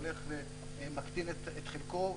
הולך ומקטין את חלקו,